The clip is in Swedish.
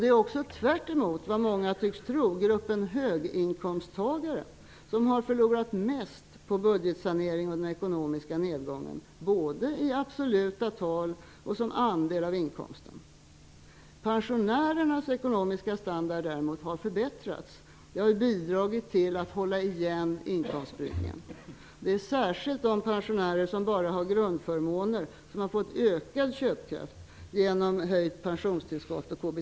Det är också tvärtemot vad många tycks tro gruppen höginkomsttagare som har förlorat mest på budgetsaneringen och den ekonomiska neddragningen, både i absoluta tal och som andel av inkomsten. -- Pensionärernas ekonomiska standard har däremot förbättrats. Det har bidragit till att hålla igen inkomstspridningen. Särskilt de pensionärer som bara har grundförmåner har fått ökad köpkraft genom höjt pensionstillskott och KBT.